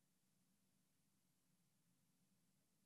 תראה לאן אתה יורד, איזה